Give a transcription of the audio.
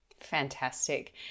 Fantastic